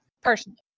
personally